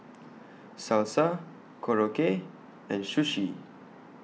Salsa Korokke and Sushi